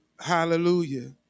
Hallelujah